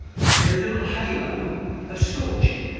there is a little halo of scorching